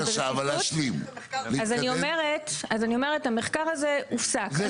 אני אומרת המחקר הזה הופסק,